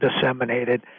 disseminated